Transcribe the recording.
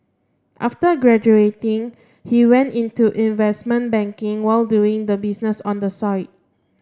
after graduating he went into investment banking while doing the business on the side